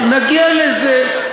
נגיע לזה.